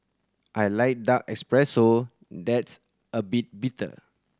I like dark espresso that's a bit bitter